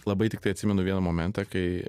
labai tiktai atsimenu vieną momentą kai